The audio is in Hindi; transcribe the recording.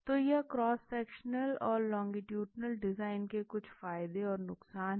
तो यह क्रॉस सेक्शनल और लोंगीटुडनल डिज़ाइन के कुछ फायदे और नुकसान हैं